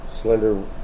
slender